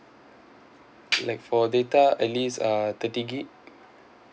like for data at least uh thirty gig